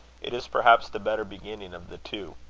it is perhaps the better beginning of the two.